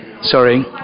sorry